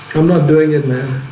i'm not doing it man